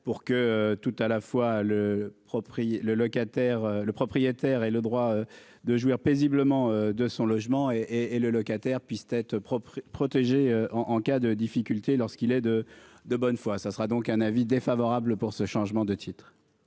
proprio. Le locataire, le propriétaire et le droit de jouir paisiblement de son logement et et le locataire puissent être propre protéger en cas de difficulté, lorsqu'il est de, de bonne foi, ça sera donc un avis défavorable pour ce changement de titre.